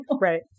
right